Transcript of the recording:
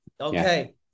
Okay